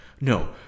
No